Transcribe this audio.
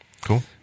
Cool